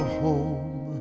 home